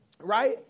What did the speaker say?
right